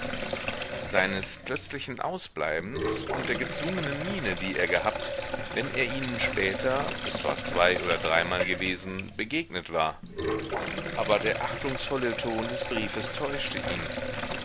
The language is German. seines plötzlichen ausbleibens und der gezwungenen miene die er gehabt wenn er ihnen später es war zwei oder dreimal gewesen begegnet war aber der achtungsvolle ton des briefes täuschte ihn